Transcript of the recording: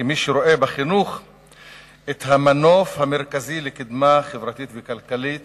וכמי שרואה בחינוך את המנוף המרכזי לקדמה חברתית וכלכלית